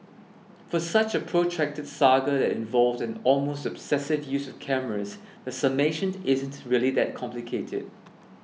for such a protracted saga that involved an almost obsessive use of cameras the summation isn't really that complicated